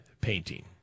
painting